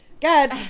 Good